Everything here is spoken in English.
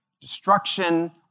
destruction